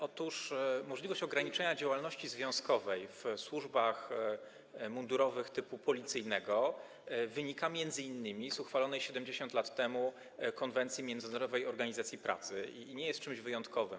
Otóż możliwość ograniczenia działalności związkowej w służbach mundurowych typu policyjnego wynika m.in. z uchwalonej 70 lat temu konwencji Międzynarodowej Organizacji Pracy i nie jest czymś wyjątkowym.